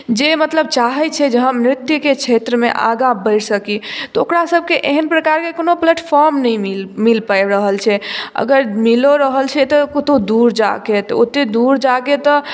जे मतलब चाहै छै जे हम नृत्यकेँ क्षेत्रमे आगाँ बढ़ि सकी तऽ ओकरा सभकेँ एहन प्रकारकेँ कोनो प्लेटफॉर्म नहि मिल पाबि रहल छै अगर मिलो रहल छै तऽ कतौ दूर जाकेँ तऽ ओते दूर जाकेँ तऽ